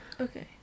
Okay